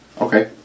Okay